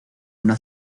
una